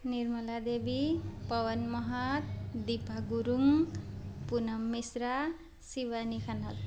Nirmala Devi Pawan Mahat Deepa Gurung Punam Mishra Shivani Khanal